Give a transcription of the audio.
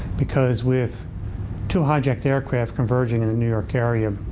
because with two hijacked aircraft converging in the new york area,